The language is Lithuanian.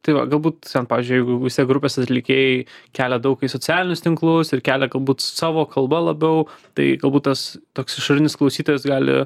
tai va galbūt ten pavyzdžiui jeigu vis tiek grupės atlikėjai kelia daug į socialinius tinklus ir kelia galbūt savo kalba labiau tai galbūt tas toks išorinis klausytojas gali